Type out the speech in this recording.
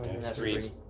Three